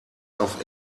auf